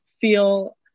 feel